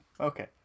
Okay